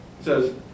says